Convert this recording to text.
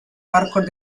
hardcore